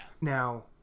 now